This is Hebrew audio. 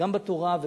גם בתורה,